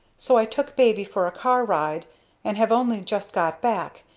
so i took baby for car-ride and have only just got back.